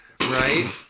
right